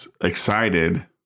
excited